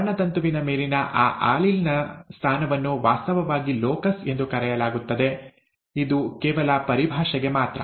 ವರ್ಣತಂತುವಿನ ಮೇಲಿನ ಆ ಆಲೀಲ್ ನ ಸ್ಥಾನವನ್ನು ವಾಸ್ತವವಾಗಿ ಲೋಕಸ್ ಎಂದು ಕರೆಯಲಾಗುತ್ತದೆ ಇದು ಕೇವಲ ಪರಿಭಾಷೆಗೆ ಮಾತ್ರ